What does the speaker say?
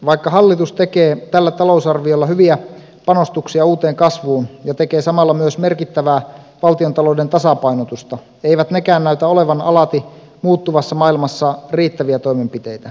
vaikka hallitus tekee tällä talousarviolla hyviä panostuksia uuteen kasvuun ja tekee samalla myös merkittävää valtiontalouden tasapainotusta eivät nekään näytä olevan alati muuttuvassa maailmassa riittäviä toimenpiteitä